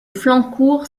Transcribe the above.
flancourt